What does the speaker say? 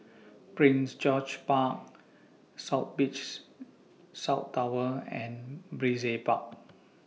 Prince George's Park South Beach South Tower and Brizay Park